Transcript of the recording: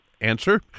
answer